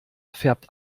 färbt